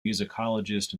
musicologist